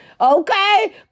Okay